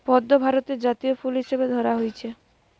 পদ্ম ভারতের জাতীয় ফুল হিসাবে ধরা হইচে